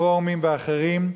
רפורמים ואחרים,